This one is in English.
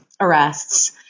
arrests